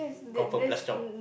confirm plus chop